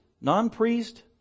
non-priest